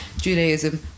Judaism